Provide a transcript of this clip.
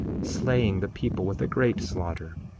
slaying the people with a great slaughter,